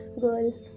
girl